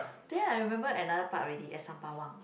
then I remember another park already at Sembawang